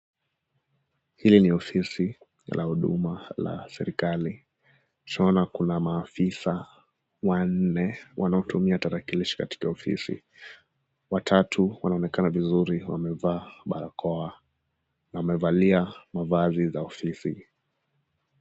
Hili ni ofisi la huduma la serikali. Tunaona kuna maafisa wanne wanaotumia tarakilishi katika ofisi. Watatu wanaonekana vizuri wamevaa barakoa, na wamevalia mavazi za ofisi.